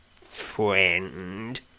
friend